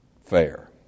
fair